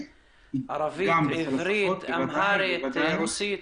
ערבית, אמהרית, רוסית?